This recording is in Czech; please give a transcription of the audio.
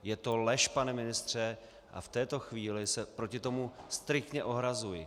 Je to lež, pane ministře, a v této chvíli se proti tomu striktně ohrazuji.